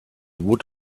would